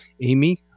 Amy